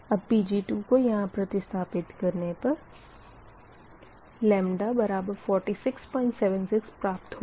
अब Pg2 को यहाँ प्रतिस्थापित करने पर 4676 प्राप्त होगा